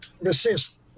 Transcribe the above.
resist